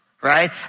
right